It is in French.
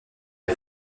est